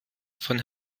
von